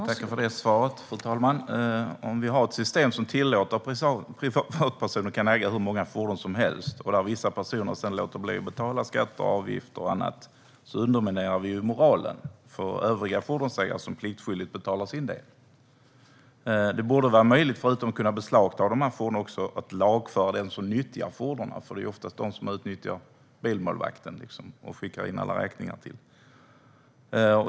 Fru talman! Jag tackar för det svaret. Om vi har ett system som tillåter att privatpersoner kan äga hur många fordon som helst och där vissa personer sedan låter bli att betala skatter, avgifter och annat underminerar vi moralen för övriga fordonsägare som pliktskyldigt betalar sin del. Det borde vara möjligt att förutom att kunna beslagta dessa fordon också lagföra dem som nyttjar fordonen, för det är oftast de som utnyttjar bilmålvakten för att skicka alla räkningar till.